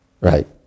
Right